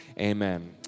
amen